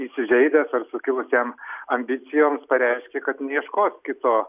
įsižeidęs ar sukilus jam ambicijoms pareiškė kad neieškos kito